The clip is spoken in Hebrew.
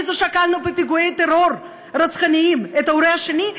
זה שכלנו בפיגועי טרור רצחניים את ההורה השני,